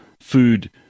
food